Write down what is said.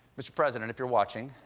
mr. president, if you're watching,